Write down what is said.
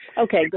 Okay